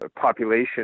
population